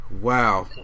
Wow